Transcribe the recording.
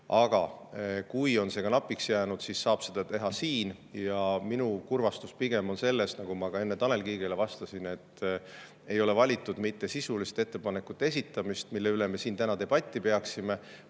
Aga kui see on napiks jäänud, siis saab seda teha siin. Minu kurvastus pigem tuleb sellest, nagu ma ka enne Tanel Kiigele vastasin, et ei ole valitud mitte sisuliste ettepanekute esitamist, mille üle me siin täna debatti peaksime,